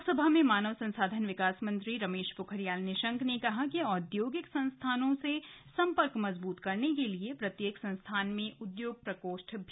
लोकसभा में मानव संसाधन विकास मंत्री रमेश पोखरियाल निशंक ने कहा कि औद्योगिक संस्थानों से सम्पर्क मजबूत करने के लिए प्रत्येक संस्थान में उद्योग प्रकोष्ठ हैं